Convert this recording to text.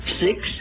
Six